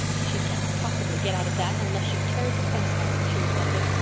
she can't possibly get out of that unless she tears the fence down, she reflected.